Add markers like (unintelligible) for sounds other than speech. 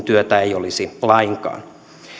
(unintelligible) työtä ei olisi lainkaan